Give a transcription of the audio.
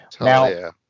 Now